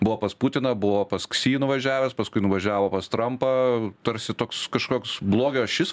buvo pas putiną buvo pas ksi nuvažiavęs paskui nuvažiavo pas trampą tarsi toks kažkoks blogio ašis